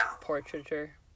portraiture